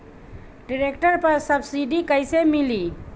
Tractor पर subsidy कैसे मिली?